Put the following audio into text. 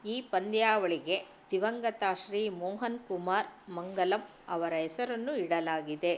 ಈ ಪಂದ್ಯಾವಳಿಗೆ ದಿವಂಗತ ಶ್ರೀ ಮೋಹನ್ ಕುಮಾರ್ ಮಂಗಲಂ ಅವರ ಹೆಸರನ್ನು ಇಡಲಾಗಿದೆ